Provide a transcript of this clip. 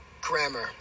grammar